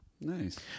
Nice